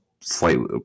slightly